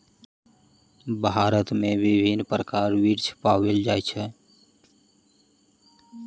भारत में विभिन्न प्रकारक वृक्ष पाओल जाय छै